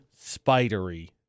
spidery